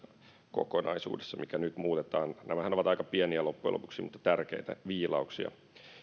kokonaisuudessa mikä nyt muutetaan nämähän ovat loppujen lopuksi aika pieniä mutta tärkeitä viilauksia